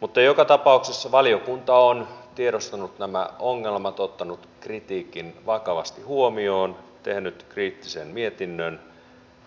mutta joka tapauksessa valiokunta on tiedostanut nämä ongelmat ottanut kritiikin vakavasti huomioon tehnyt kriittisen mietinnön